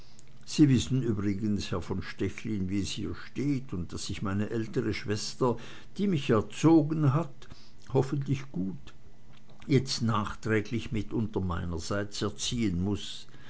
sie wissen übrigens herr von stechlin wie's hier steht und daß ich meine ältere schwester die mich erzogen hat hoffentlich gut jetzt nachträglich mitunter meinerseits erziehen muß